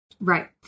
Right